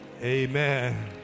Amen